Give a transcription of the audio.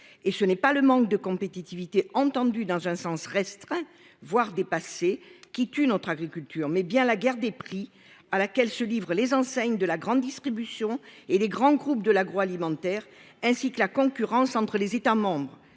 Et ce n'est pas le manque de compétitivité entendue dans un sens restreint, voire dépasser qui tue notre agriculture mais bien la guerre des prix à laquelle se livrent les enseignes de la grande distribution et les grands groupes de l'agroalimentaire ainsi que la concurrence entre les États membres.